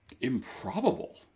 improbable